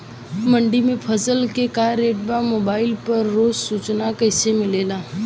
मंडी में फसल के का रेट बा मोबाइल पर रोज सूचना कैसे मिलेला?